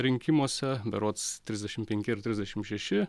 rinkimuose berods trisdešim penki ar trisdešim šeši